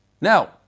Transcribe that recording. Now